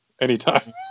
anytime